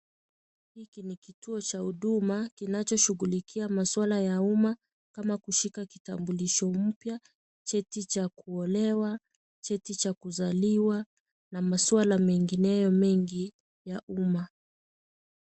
Hiki ni kituo cha huduma, kinachoshughulikia masuala ya uma kama, kushika kitambulisho mpya, cheti cha kuolewa, cheti cha kuzaliwa na masuala mengineyo mengi ya uma.